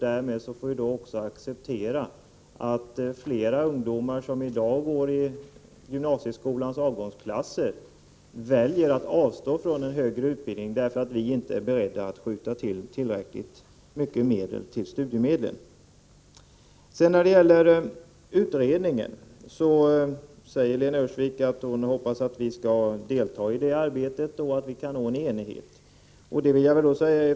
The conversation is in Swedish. Därmed får vi också i så fall acceptera att ungdomar som i dag går i gymnasieskolans avgångsklasser väljer att avstå från en högre utbildning därför att vi inte är beredda att anslå tillräckliga resurser till studiemedlen. Lena Öhrsvik hoppades att vi skall delta i den studiesociala utredningens arbete och att vi kan nå enighet.